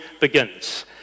begins